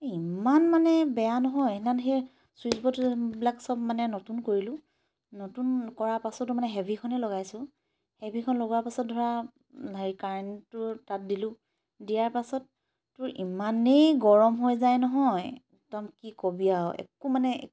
ইমান মানে বেয়া নহয় সেইদিনাখন হেই ছুইচ বোৰ্ডবিলাক চব মানে নতুন কৰিলোঁ নতুন কৰা পাছতো মানে হেভিখনেই লগাইছোঁ হেভিখন লগোৱা পাছত ধৰা সেই কাৰেণ্টটো তাত দিলোঁ দিয়াৰ পাছত তোৰ ইমানেই গৰম হৈ যায় নহয় একদম কি ক'বি আৰু একো মানে